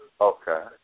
Okay